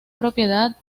propiedad